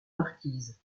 marquise